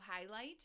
highlight